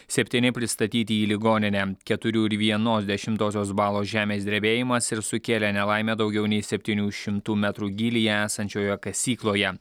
septyni pristatyti į ligoninę keturių ir vienos dešimtosios balo žemės drebėjimas ir sukėlė nelaimę daugiau nei septynių šimtų metrų gylyje esančioje kasykloje